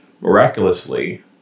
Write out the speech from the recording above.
Miraculously